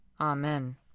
Amen